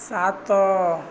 ସାତ